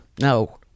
No